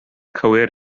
cywir